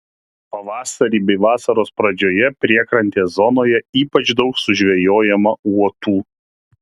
pavasarį bei vasaros pradžioje priekrantės zonoje ypač daug sužvejojama uotų